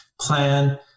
plan